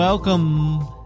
Welcome